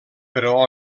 però